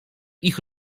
ich